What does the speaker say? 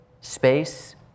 space